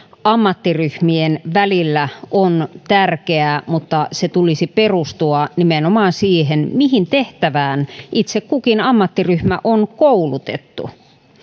ammattiryhmien välillä on tärkeää mutta sen tulisi perustua nimenomaan siihen mihin tehtävään itse kukin ammattiryhmä on koulutettu